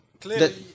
Clearly